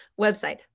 website